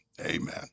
amen